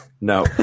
No